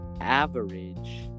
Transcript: average